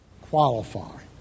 qualify